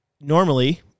normally